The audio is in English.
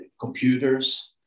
computers